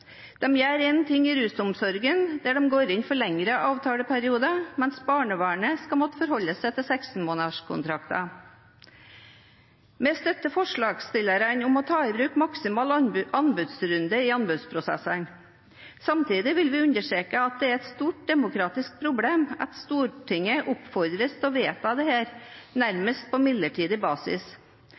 gjør én ting i rusomsorgen, der de går inn for lengre avtaleperioder, mens barnevernet skal måtte forholde seg til 16-månederskontrakter. Vi støtter forslagsstillerne i å ta i bruk maksimal anbudslengde i anbudsprosessene. Samtidig vil vi understreke at det er et stort demokratisk problem at Stortinget oppfordres til å vedta dette nærmest på midlertidig basis.